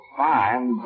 fine